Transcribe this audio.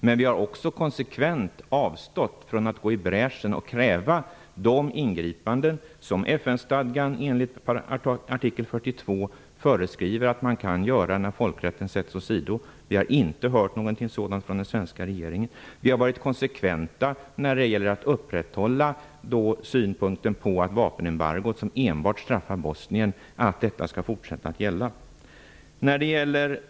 Men vi har också konsekvent avstått från att gå i bräschen och kräva de ingripanden som FN-stadgan enligt artikel 42 föreskriver att det går att göra när folkrätten åsidosätts. Det har inte framkommit något sådant från den svenska regeringen. Vi har varit konsekventa när det gäller att upprätthålla inställningen att vapenembargot skall fortsätta att gälla -- som enbart straffar Bosnien.